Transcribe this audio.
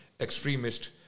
extremist